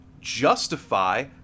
justify